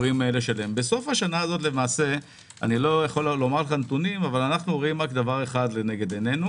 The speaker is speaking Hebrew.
בסוף השנה הזאת אנו רואים דבר אחד לנגד עינינו